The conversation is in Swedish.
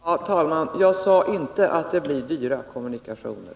Herr talman! Jag sade inte att det blir dyra kommunikationer.